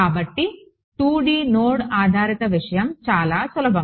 కాబట్టి 2D node ఆధారిత విషయం చాలా సులభం